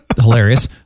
hilarious